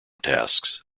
tasks